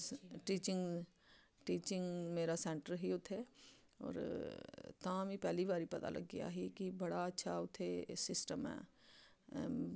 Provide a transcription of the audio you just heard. teaching teaching मेरा centre ही उत्थै होर तां मी पैह्ली बारी पता लग्गेआ ही कि बड़ा अच्छा उत्थै सिस्टम ऐ